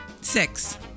Six